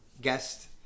guest